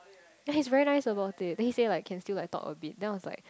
ya he's very nice about it then he say like can still like talk a bit then I was like